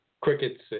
crickets